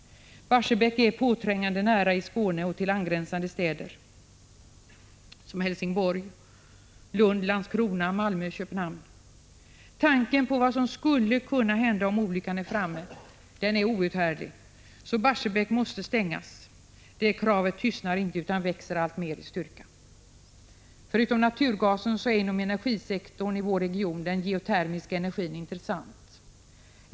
Barsebäck är påträngande nära i Skåne och till angränsande städer som Helsingborg, Lund, Landskrona, Malmö och Köpenhamn. Tanken på vad som skulle kunna hända om olyckan är framme är outhärdlig, så Barsebäck måste stängas. Det kravet tystnar inte utan växer alltmer i styrka. Förutom naturgasen är inom energisektorn i vår region den geotermiska energin intressant.